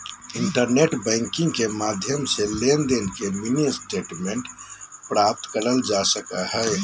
internet banking के माध्यम से लेनदेन के मिनी स्टेटमेंट प्राप्त करल जा सको हय